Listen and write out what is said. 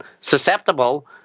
susceptible